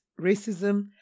racism